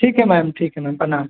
ठीक हय मैम ठीक हय मैम प्रणाम